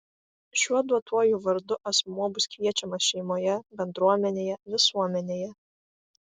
šiuo duotuoju vardu asmuo bus kviečiamas šeimoje bendruomenėje visuomenėje